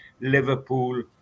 Liverpool